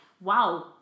wow